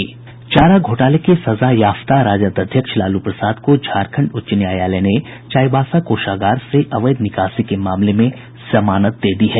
चारा घोटाले के सजायाफ्ता राजद अध्यक्ष लालू प्रसाद को झारखंड उच्च न्यायालय ने चाईबासा कोषागार से अवैध निकासी के मामले में जमानत दे दी है